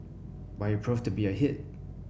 but he proved to be a hit